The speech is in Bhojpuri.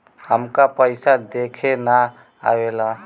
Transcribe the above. हमका पइसा देखे ना आवेला?